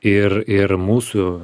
ir ir mūsų